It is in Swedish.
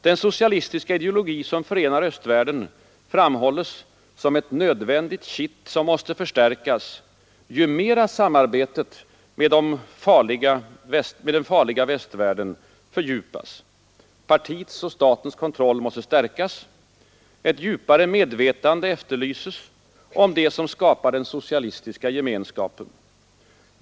Den socialistiska ideologi som förenar östvärlden framhålles som ett nödvändigt kitt som måste förstärkas ju mer samarbetet med den ”farliga” västvärlden intensifieras. Partiets och statens kontroll måste stärkas. Ett djupare medvetande efterlyses om det som skapar den socialistiska gemenskapen.